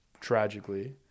tragically